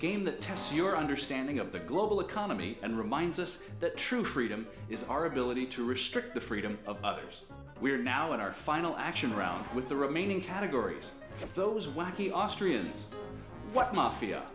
game that tests your understanding of the global economy and reminds us that true freedom is our ability to restrict the freedom of others we're now in our final action round with the remaining categories of those wacky austrian